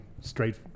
straight